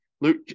luke